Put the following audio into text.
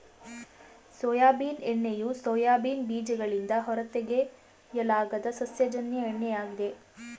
soybean ಎಣ್ಣೆಯು soybean ಬೀಜಗಳಿಂದ ಹೊರತೆಗೆಯಲಾದ ಸಸ್ಯಜನ್ಯ ಎಣ್ಣೆ ಆಗಿದೆ